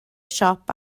siop